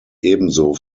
ebenso